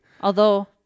Although-